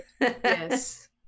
yes